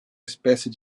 espécie